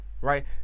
right